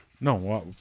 No